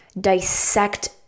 dissect